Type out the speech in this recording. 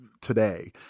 today